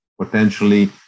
potentially